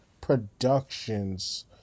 Productions